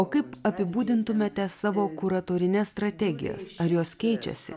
o kaip apibūdintumėte savo kuratorines strategijas ar jos keičiasi